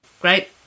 Great